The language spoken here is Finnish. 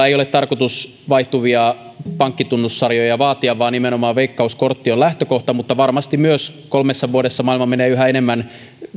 ei ole tarkoitus vaihtuvia pankkitunnussarjoja vaatia vaan nimenomaan veikkaus kortti on lähtökohta varmasti kolmessa vuodessa maailma myös menee yhä enemmän